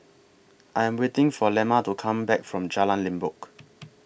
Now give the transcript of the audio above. I Am waiting For Lemma to Come Back from Jalan Limbok